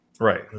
Right